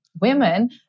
women